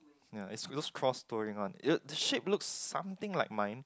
ya it's those cross touring one the shape looks something like mine